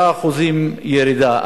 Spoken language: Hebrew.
10% ירידה.